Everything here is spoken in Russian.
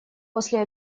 после